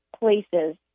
places